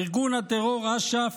ארגון הטרור אש"ף,